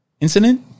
Incident